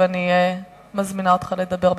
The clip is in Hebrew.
ואני מזמינה אותך לדבר.